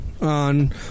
on